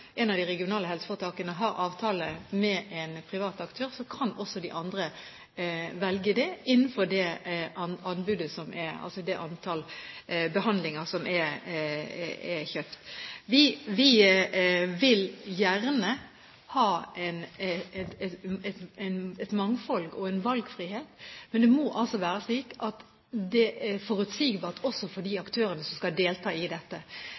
en privat aktør, kan også de andre velge det innenfor det antall behandlinger som er kjøpt. Vi vil gjerne ha et mangfold og en valgfrihet, men det må altså være slik at det er forutsigbart også for de aktørene som skal delta i dette.